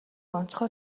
онцгой